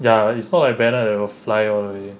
ya it's not like banner will fly all the way